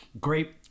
great